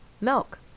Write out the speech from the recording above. milk